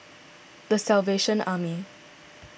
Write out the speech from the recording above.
the Salvation Army